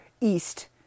east